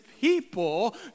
people